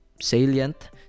salient